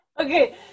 Okay